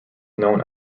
known